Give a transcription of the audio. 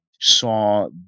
saw